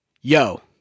Yo